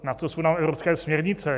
Na co jsou nám evropské směrnice?